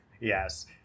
Yes